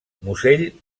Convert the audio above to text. musell